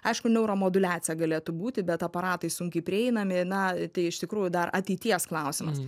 aišku neuromoduliacija galėtų būti bet aparatai sunkiai prieinami na tai iš tikrųjų dar ateities klausimas